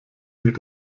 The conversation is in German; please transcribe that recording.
sich